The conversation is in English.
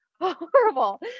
horrible